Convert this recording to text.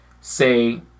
say